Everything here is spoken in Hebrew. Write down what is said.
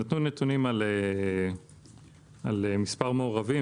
נתנו נתונים על מספר מעורבים,